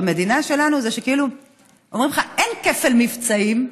במדינה שלנו כאילו אומרים לך: אין כפל מבצעים,